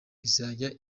izajya